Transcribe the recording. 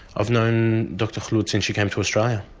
i've known dr khulod since she came to australia.